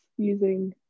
using